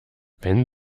wenn